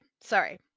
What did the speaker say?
sorry